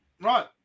right